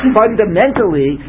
fundamentally